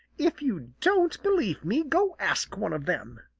if you don't believe me, go ask one of them,